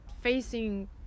facing